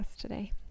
today